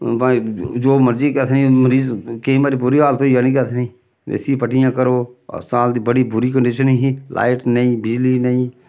भाएं जो मर्जी असें मरीज केईं बारी बुरी हालत होई जानी के असें देसी पट्टियां करो अस्पताल दी बड़ी बुरी कंडीशन ही लाइट नेईं बिजली नेईं